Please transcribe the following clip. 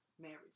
Marriage